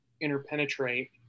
interpenetrate